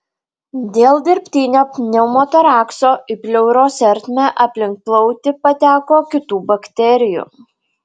dėl dirbtinio pneumotorakso į pleuros ertmę aplink plautį pateko kitų bakterijų